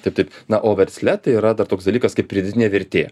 taip taip na o versle tai yra dar toks dalykas kaip pridėtinė vertė